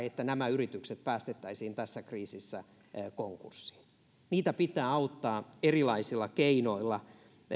että nämä yritykset päästettäisiin tässä kriisissä konkurssiin niitä pitää auttaa erilaisilla keinoilla